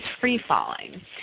free-falling